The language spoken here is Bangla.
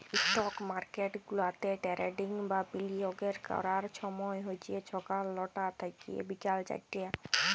ইস্টক মার্কেট গুলাতে টেরেডিং বা বিলিয়গের ক্যরার ছময় হছে ছকাল লটা থ্যাইকে বিকাল চারটা